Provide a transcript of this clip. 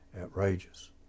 Outrageous